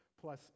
plus